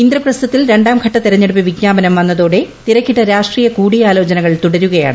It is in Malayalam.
ഇന്ദ്രപ്രസ്ഥത്തിൽ രണ്ടാംഘട്ട തെരഞ്ഞെടുപ്പ് വിജ്ഞാപനം വന്നതോടെ തിരക്കിട്ട രാഷ്ട്രീയ കൂടിയാലോചനകൾ തുടരുകയാണ്